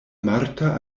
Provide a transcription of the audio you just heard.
marta